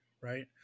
right